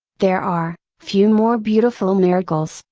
there are, few more beautiful miracles,